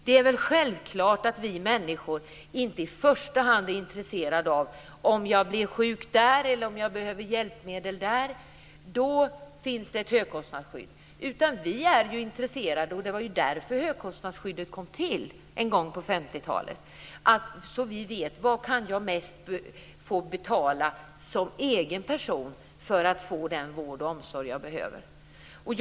Det är väl självklart att vi människor inte i första hand är intresserade av om vi blir sjuka här eller om vi behöver hjälpmedel där. Då finns det ett högkostnadsskydd. Vi är ju intresserade av att veta vad vi som egna personer kan få betala som mest för att få den vård och omsorg vi behöver. Det var därför högkostnadsskyddet kom till en gång på 50-talet.